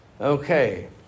Okay